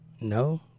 No